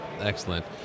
excellent